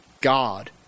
God